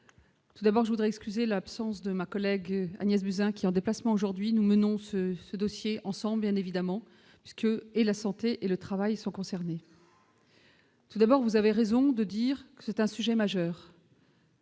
tout d'abord je voudrais excuser l'absence de ma collègue Agnès Buzyn, qui, en déplacement aujourd'hui nous menons ce ce dossier ensemble un évidemment puisque et la santé et le travail sont concernés. Tout d'abord, vous avez raison de dire que c'est un sujet majeur.